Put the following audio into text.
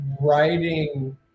writing